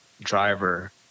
driver